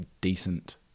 decent